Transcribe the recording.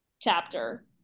chapter